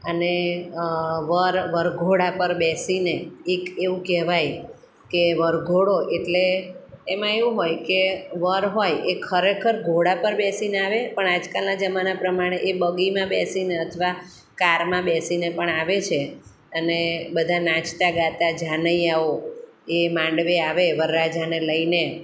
અને વર વરઘોડા પર બેસીને એક એવું કહેવાય કે વરઘોડો એટલે એમાં એવું હોય કે વર હોય એ ખરેખર ઘોડા પર બેસીને આવે પણ આજ કાલના જમાના પ્રમાણે એ બગીમાં બેસીને અથવા કારમાં બેસીને પણ આવે છે અને બધા નાચતા ગાતા જાનૈયાઓ એ માંડવે આવે વરરાજને લઈને